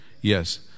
Yes